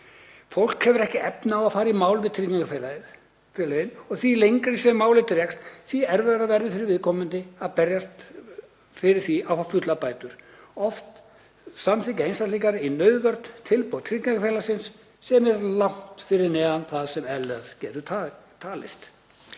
Fólk hefur ekki efni á að fara í mál við tryggingafélögin og því lengur sem málið dregst þeim mun erfiðara verður fyrir viðkomandi að berjast fyrir því að fá fullar bætur og oft samþykkja einstaklingar í nauðvörn tilboð tryggingafélagsins sem er langt fyrir neðan það sem eðlilegt getur talist.